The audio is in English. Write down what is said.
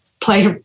play